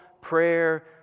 prayer